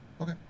Okay